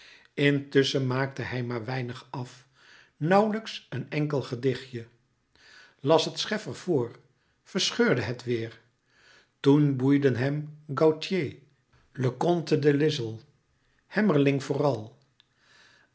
intusschen maakt hij maar weinig af nauwlijks een enkel dichtje las het scheffer voor verscheurde het weêr toen boeiden hem gautier leconte de lisle hamerling vooral